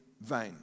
vain